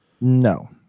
No